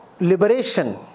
liberation